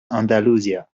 andalusia